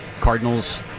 Cardinals